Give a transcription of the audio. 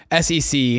sec